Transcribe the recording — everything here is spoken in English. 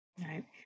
right